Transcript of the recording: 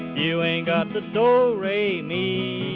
you ain't got the do re mi,